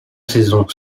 saison